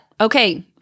Okay